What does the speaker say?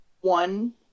one